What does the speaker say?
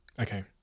Okay